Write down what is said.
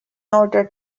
order